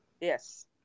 Yes